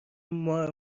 مار